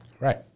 Right